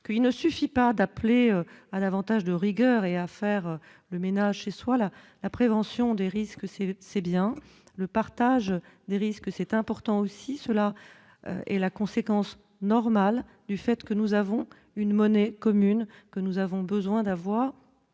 que, il ne suffit pas d'appeler à davantage de rigueur et à faire le ménage chez soi, là, la prévention des risques, c'est : c'est bien le partage des risques, c'est important aussi cela et la conséquence normale du fait que nous avons une monnaie commune que nous avons besoin d'avoir